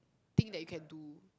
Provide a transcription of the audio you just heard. thing that you can do